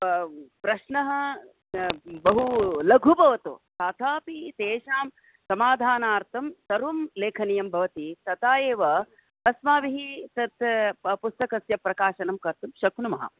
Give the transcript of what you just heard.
प्रश्नः बहु लघु भवतु तथापि तेषां समाधानार्थं सर्वं लेखनीयं भवति तदा एव अस्माभिः तत् पुस्तकस्य प्रकाशनं कर्तुं शक्नुमः